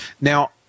Now